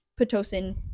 pitocin